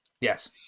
Yes